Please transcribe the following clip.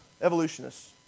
evolutionists